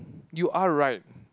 you are right